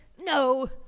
No